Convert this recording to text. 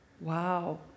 Wow